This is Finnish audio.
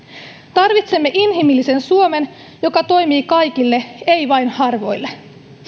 tarvitsemme inhimillisen suomen joka toimii kaikille ei vain harvoille